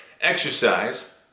exercise